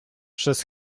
przez